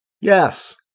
Yes